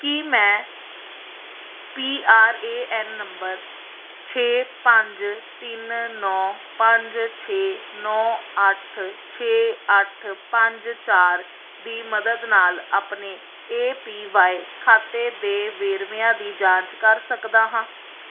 ਕੀ ਮੈਂ P R A N number ਛੇ ਪੰਜ ਤਿੰਨ ਨੌਂ ਪੰਜ ਛੇ ਨੌਂ ਅੱਠ ਛੇ ਅੱਠ ਪੰਜ ਚਾਰ ਦੀ ਮਦਦ ਨਾਲ ਆਪਣੇ ਏ ਪੀ ਵਾਈ ਖਾਤੇ ਦੇ ਵੇਰਵਿਆਂ ਦੀ ਜਾਂਚ ਕਰ ਸਕਦਾ ਹਾਂ